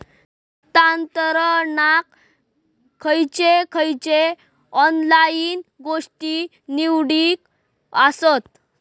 निधी हस्तांतरणाक खयचे खयचे ऑनलाइन गोष्टी निगडीत आसत?